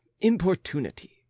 importunity